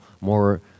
more